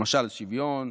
למשל שוויון,